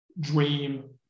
dream